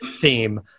theme